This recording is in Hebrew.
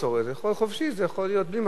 לאכול חופשי זה יכול להיות בלי מסורת.